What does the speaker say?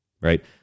right